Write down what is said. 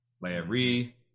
Larry